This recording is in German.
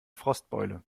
frostbeule